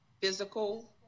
physical